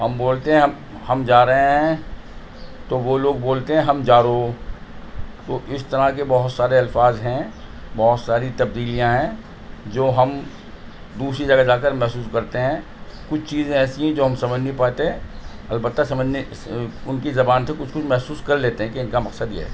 ہم بولتے ہیں ہم جا رہے ہیں تو وہ لوگ بولتے ہیں ہم جارو ہو اس طرح کے بہت سارے الفاظ ہیں بہت ساری تبدیلیاں ہیں جو ہم دوسری جگہ جاکر محسوس کرتے ہیں کچھ چیزیں ایسی ہیں جو ہم سمجھ نہیں پاتے البتہ سمجھنے ان کی زبان سے کچھ کچھ محسوس کر لیتے ہیں کہ ان کا مقصد یہ ہے